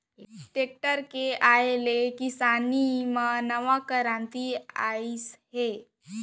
tractor के आए ले किसानी म नवा करांति आइस हे